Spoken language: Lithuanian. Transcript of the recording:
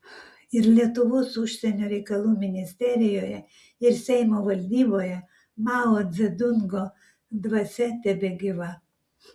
ir lietuvos užsienio reikalų ministerijoje ir seimo valdyboje mao dzedungo dvasia tebegyva